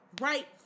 right